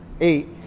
eight